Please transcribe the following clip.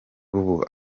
ubu